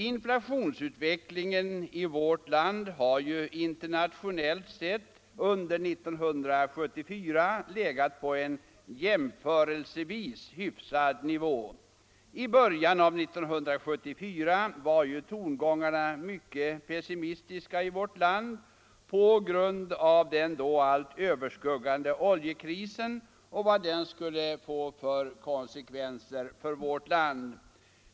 Inflationsutvecklingen i vårt land har internationellt sett under 1974 legat på en jämförelsevis hyfsad nivå. I början av 1974 var ju tongångarna mycket pessimistiska i vårt land på grund av den då allt överskuggande oljekrisen och de konsekvenser den skulle få för vårt land.